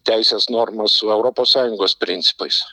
teisės normas su europos sąjungos principais